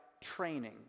training